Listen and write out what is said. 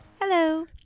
Hello